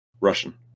Russian